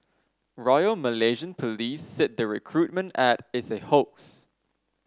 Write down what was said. royal Malaysian Police said the recruitment ad is a hoax